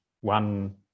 one